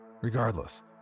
Regardless